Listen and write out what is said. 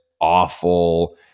awful